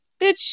bitch